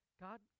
God